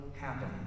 happen